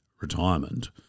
retirement